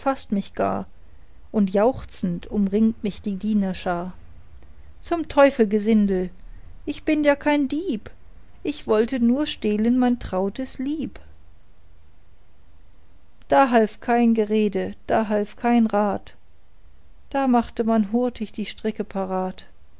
und jauchzend umringt mich die dienerschar zum teufel gesindel ich bin ja kein dieb ich wollte nur stehlen mein trautes lieb da half kein gerede da half kein rat da machte man hurtig die stricke parat